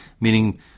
meaning